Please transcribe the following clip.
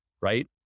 right